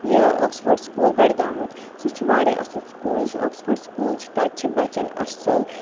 یا Oxford school بَڈگامٕچ سُہ چھِ واریاہ اَصٕل سکوٗل یُس یہِ اوکٕسفٲڑ سکوٗل چھِ تَتہِ چھِ بَچَن اَصٕل